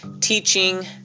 teaching